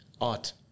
art